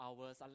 hours